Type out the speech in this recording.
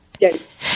Yes